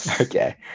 Okay